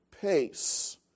pace